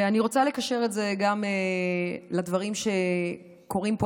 ואני רוצה לקשר את זה גם לדברים שקורים פה,